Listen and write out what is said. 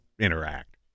interact